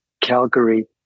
Calgary